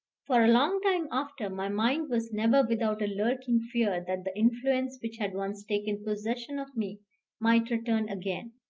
for a long time after, my mind was never without a lurking fear that the influence which had once taken possession of me might return again.